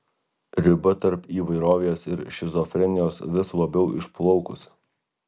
riba tarp įvairovės ir šizofrenijos vis labiau išplaukusi